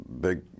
big